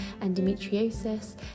endometriosis